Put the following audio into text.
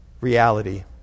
reality